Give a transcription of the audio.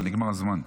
אבל נגמר הזמן.